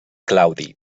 claudi